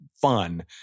fun